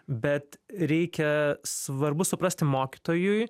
bet reikia svarbu suprasti mokytojui